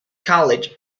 college